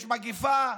יש מגפה,